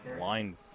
Line